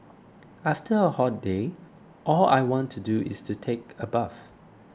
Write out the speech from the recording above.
after a hot day all I want to do is to take a bath